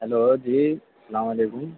hello جی سلام علیکم